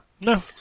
No